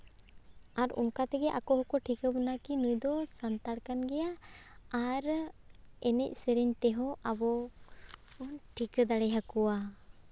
ᱟᱨ ᱚᱱᱠᱟ ᱛᱮᱜᱮ ᱟᱠᱚ ᱦᱚᱸᱠᱚ ᱴᱷᱤᱠᱟᱹ ᱵᱚᱱᱟ ᱠᱤ ᱱᱩᱭ ᱫᱚ ᱥᱟᱱᱛᱟᱲ ᱠᱟᱱ ᱜᱮᱭᱟᱭ ᱟᱨ ᱮᱱᱮᱡ ᱥᱮᱨᱮᱧ ᱛᱮᱦᱚᱸ ᱟᱵᱚ ᱵᱚᱱ ᱴᱷᱤᱠᱟᱹ ᱫᱟᱲᱮᱭᱟᱠᱚᱣᱟ